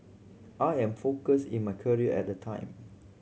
I am focused in my career at the time